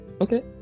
Okay